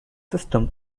systems